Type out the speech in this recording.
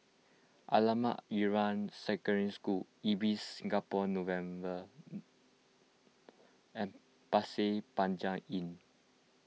Ahmad Ibrahim Secondary School Ibis Singapore Novena and Pasir Panjang Inn